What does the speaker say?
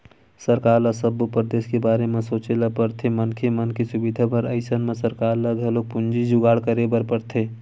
सरकार ल सब्बो परदेस के बारे म सोचे ल परथे मनखे मन के सुबिधा बर अइसन म सरकार ल घलोक पूंजी जुगाड़ करे बर परथे